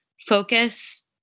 focus